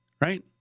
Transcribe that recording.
right